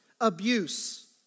abuse